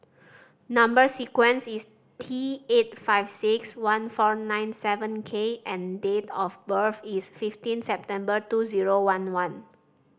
number sequence is T eight five six one four nine seven K and date of birth is fifteen September two zero one one